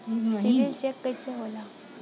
CIBIL check कइसे होला?